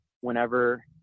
whenever